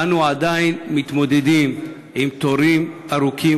אנו עדיין מתמודדים עם תורים ארוכים